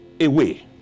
Away